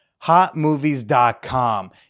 Hotmovies.com